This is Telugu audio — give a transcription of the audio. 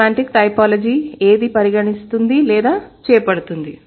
సెమాంటిక్ టైపోలాజీ ఏది పరిగణిస్తుంది లేదా చేపడుతుంది